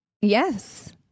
Yes